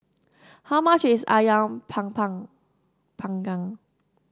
how much is ayam panggang